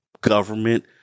government